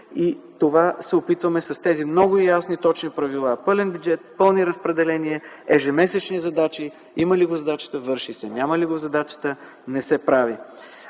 Затова се опитваме с тези много ясни и точни правила – пълен бюджет, пълни разпределения, ежемесечни задачи, има ли го в задачата – върши се, няма ли го в задачата – не се прави,